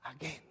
again